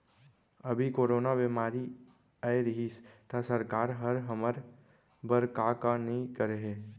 अभी कोरोना बेमारी अए रहिस त सरकार हर हमर बर का का नइ करे हे